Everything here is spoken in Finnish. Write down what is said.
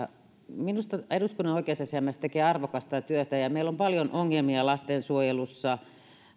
minusta eduskunnan oikeusasiamies tekee arvokasta työtä meillä on paljon ongelmia lastensuojelussa